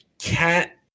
Cat